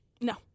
No